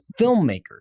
filmmakers